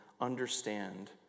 understand